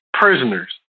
prisoners